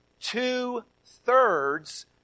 Two-thirds